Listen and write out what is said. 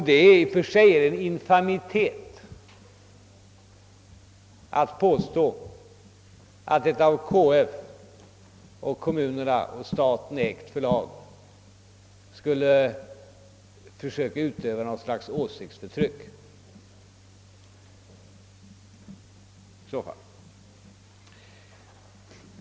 Det är i och för sig en infamitet att påstå att ett av KF, kommunerna och staten ägt förlag skulle försöka utöva något slags åsiktsförtryck.